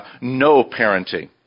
no-parenting